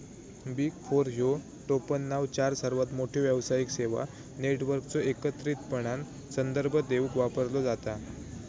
big four ह्यो टोपणनाव चार सर्वात मोठ्यो व्यावसायिक सेवा नेटवर्कचो एकत्रितपणान संदर्भ देवूक वापरलो जाता